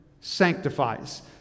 sanctifies